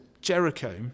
Jericho